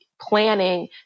planning